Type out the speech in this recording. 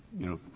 you know,